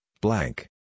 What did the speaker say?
blank